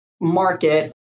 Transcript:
market